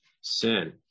sin